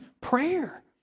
prayer